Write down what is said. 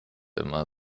immer